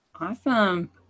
Awesome